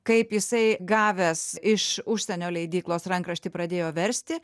kaip jisai gavęs iš užsienio leidyklos rankraštį pradėjo versti